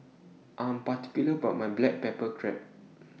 I'm particular about My Black Pepper Crab